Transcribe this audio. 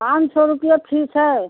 पाँच सौ रुपया फीस है